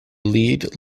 lead